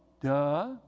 duh